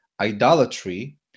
idolatry